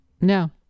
no